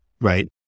right